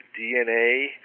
DNA